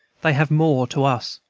they have more to us.